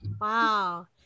Wow